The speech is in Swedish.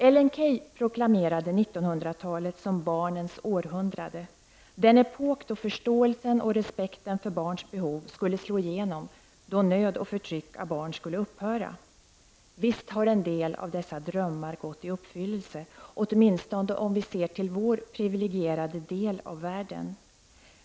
Ellen Key proklamerade 1900-talet som Barnens århundrade — den epok då förståelsen och respekten för barns behov skulle slå igenom, då nöd och förtryck av barn skulle upphöra. Visst har en del av dessa drömmar gått i uppfyllelse, åtminstone om vi ser till vår privilegierade del av världen.